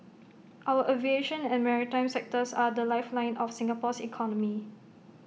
our aviation and maritime sectors are the lifeline of Singapore's economy